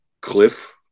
Cliff